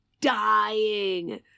dying